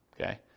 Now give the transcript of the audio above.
okay